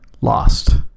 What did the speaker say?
lost